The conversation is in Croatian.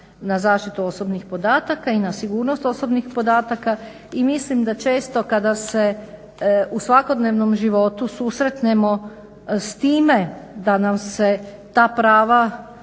na zaštitu osobnih podataka i na sigurnost osobnih podataka i mislim da često kada se u svakodnevnom životu susretnemo s time da nam se ta prava